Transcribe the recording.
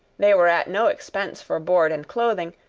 they were at no expense for board and clothing,